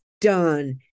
done